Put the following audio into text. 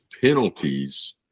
penalties